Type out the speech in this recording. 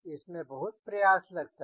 इसमें बहुत प्रयास लगता है